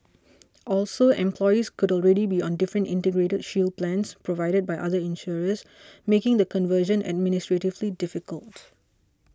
also employees could already be on different Integrated Shield plans provided by other insurers making the conversion administratively difficult